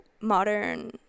modern